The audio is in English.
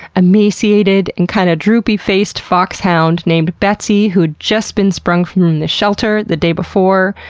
emaciated, and kind of droopy-faced fox hound named betsy, who'd just been sprung from the shelter the day before.